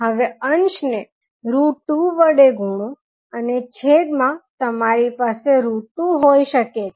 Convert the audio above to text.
હવે અંશને 2 વડે ગુણો અને છેદ માં તમારી પાસે 2 હોઈ શકે છે